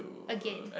again